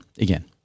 again